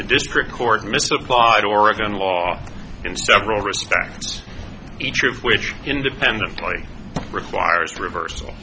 the district court misapplied oregon law in several respects each of which independently requires revers